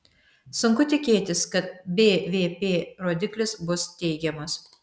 sunku tikėtis kad bvp rodiklis bus teigiamas